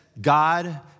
God